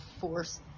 force